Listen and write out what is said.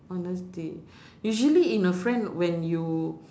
honesty usually in a friend when you